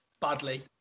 badly